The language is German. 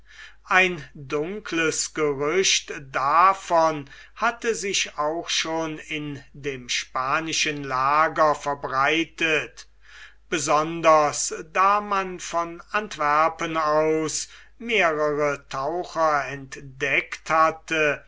ein dunkles gerücht davon hatte sich auch schon in dem spanischen lager verbreitet besonders da man von antwerpen aus mehrere taucher entdeckt hatte